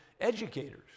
educators